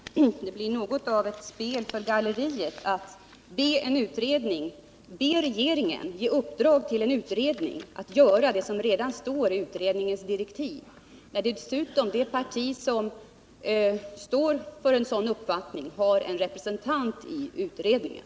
Herr talman! Det blir något av ett spel för galleriet att be regeringen ge en utredning ett uppdrag, som redan är inskrivet i dess direktiv. Dessutom har det parti som framför detta krav en representant i utredningen.